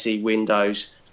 windows